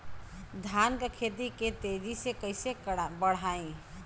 धान क खेती के तेजी से कइसे बढ़ाई?